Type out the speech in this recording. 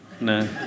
No